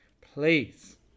please